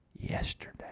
yesterday